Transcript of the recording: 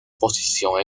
posición